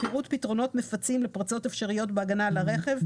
פירוט פתרונות מפצים לפרצות אפשריות בהגנה על הרכב,